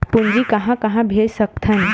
पूंजी कहां कहा भेज सकथन?